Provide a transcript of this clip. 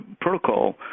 protocol